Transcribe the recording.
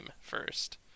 first